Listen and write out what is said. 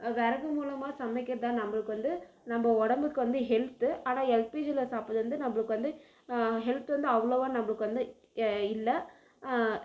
விறகு மூலமாக சமைக்கிறதுதான் நம்மளுக்கு வந்து நம்ம உடம்புக்கு வந்து ஹெல்த்து ஆனால் எல்பிஜியில் சாப்பிடுறது வந்து நம்மளுக்கு வந்து ஹெல்த் வந்து அவ்வளவா நம்மளுக்கு வந்து எ இல்லை